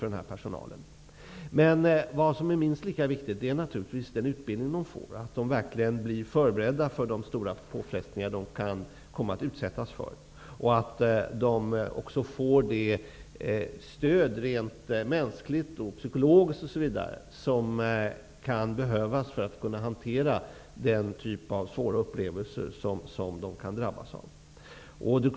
Dels är det minst lika viktigt att personalen får den utbildning som behövs för att vara förberedd på de stora påfrestningar som man kan komma att utsättas för. Det är också viktigt att de som ingår i styrkan får det stöd som kan behövas, rent mänskligt och psykologiskt, för att hantera den typ av svåra upplevelser som de kan drabbas av.